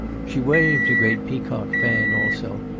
she waved a great peacock fan, also,